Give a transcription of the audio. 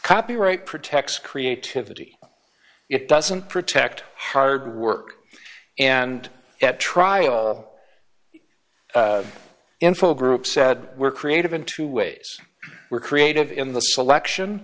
copyright protects creativity it doesn't protect hard work and at trial info group said were creative in two ways were creative in the selection